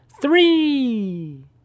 three